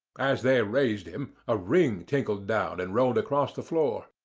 as they raised him, a ring tinkled down and rolled across the floor.